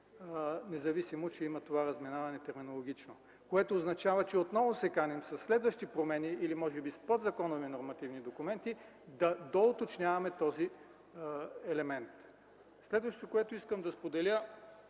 независимо че има това терминологично разминаване, което означава, че отново се каним със следващи промени или може би с подзаконови нормативни документи да доуточняваме този елемент. Следващото, което искам да споделя,